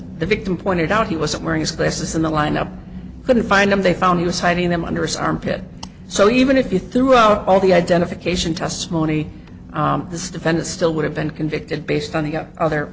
the victim pointed out he wasn't wearing his glasses in the lineup couldn't find them they found he was hiding them under his armpit so even if you threw out all the identification testimony this defendant still would have been convicted based on the other